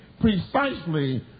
precisely